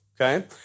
Okay